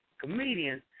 comedian